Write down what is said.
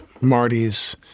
Marty's